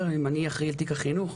אם אני אחראי על תיק החינוך,